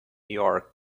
york